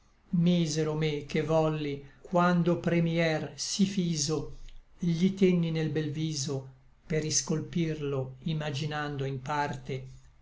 misero me che volli quando primier sí fiso gli tenni nel bel viso per iscolpirlo imaginando in parte